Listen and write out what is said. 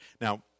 Now